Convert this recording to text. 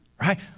Right